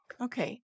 Okay